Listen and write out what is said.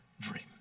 dream